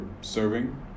serving